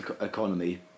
economy